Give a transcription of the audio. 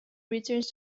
returns